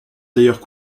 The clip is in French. d’ailleurs